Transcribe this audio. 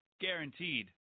Guaranteed